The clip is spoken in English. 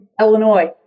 illinois